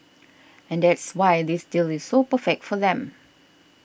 and that's why this deal is so perfect for them